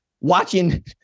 watching